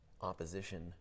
opposition